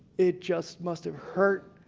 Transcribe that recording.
it just must've hurt